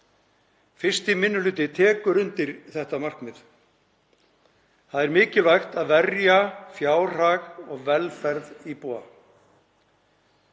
1. minni hluti tekur undir þetta markmið. Það er mikilvægt að verja fjárhag og velferð íbúanna.